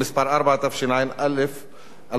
התשע"א 2010,